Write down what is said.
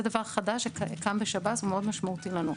זה דבר חדש שקם בשב"ס ומאוד משמעותי לנו.